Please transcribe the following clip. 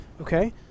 okay